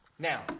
Now